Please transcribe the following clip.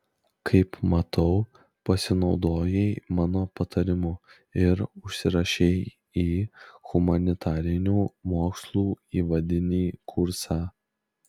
kaip matau pasinaudojai mano patarimu ir užsirašei į humanitarinių mokslų įvadinį kursą